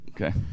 Okay